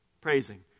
praising